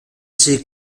ces